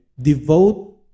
Devote